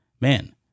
Man